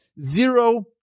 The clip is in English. zero